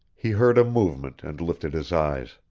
he heard a movement and lifted his eyes.